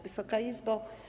Wysoka Izbo!